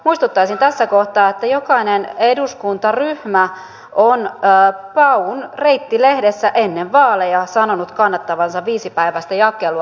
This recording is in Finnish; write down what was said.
muistuttaisin tässä kohtaa että jokainen eduskuntaryhmä on paun reitti lehdessä ennen vaaleja sanonut kannattavansa viisipäiväistä jakelua